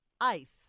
Ice